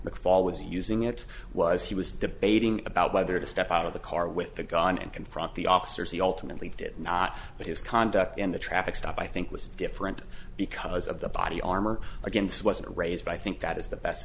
mcfall was using it was he was debating about whether to step out of the car with the gun and confront the officers he ultimately did not but his conduct in the traffic stop i think was different because of the body armor against wasn't raised by i think that is the best